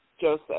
Joseph